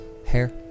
hair